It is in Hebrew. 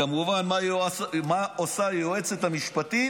כמובן, מה עושה היועצת המשפטית?